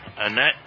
Annette